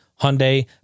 Hyundai